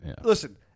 Listen